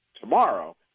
tomorrow